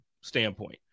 standpoint